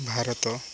Bharat